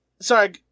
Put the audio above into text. Sorry